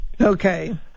Okay